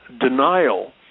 denial